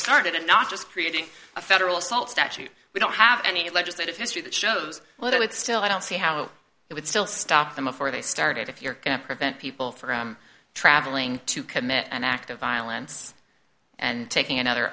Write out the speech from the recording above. started and not just creating a federal assault statute we don't have any legislative history that shows whether it's still i don't see how it would still stop them before they started if you're going to prevent people from traveling to commit an act of violence and taking another